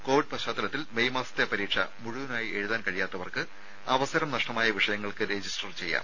Covid പശ്ചാത്തലത്തിൽ May മാസത്തെ പരീക്ഷ മുഴുവനായി എഴുതാൻ കഴിയാത്തവർക്ക് അവസരം നഷ്ടമായ വിഷയങ്ങൾക്ക് രജിസ്റ്റർ ചെയ്യാം